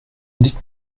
dites